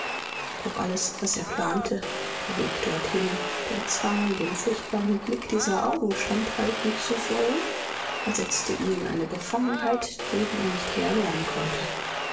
doch alles was er plante der weg dorthin der zwang dem furchtbaren blick dieser augen standhalten zu sollen versetzte ihn in eine befangenheit deren er nicht herr werden konnte